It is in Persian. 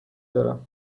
دارم